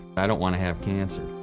i dont want to have cancer.